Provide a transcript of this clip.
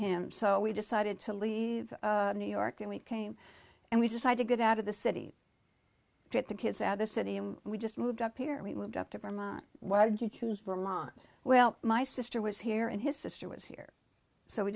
him so we decided to leave new york and we came and we decide to get out of the city get the kids out of the city and we just moved up here we moved up to vermont why did you choose for mom well my sister was here and his sister was here so we